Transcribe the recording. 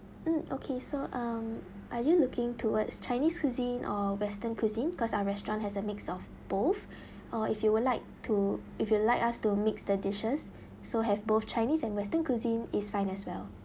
mm okay so um are you looking towards chinese cuisine or western cuisine cause our restaurant has a mix of both or if you would like to if you like us to mix the dishes so have both chinese and western cuisine it's fine as well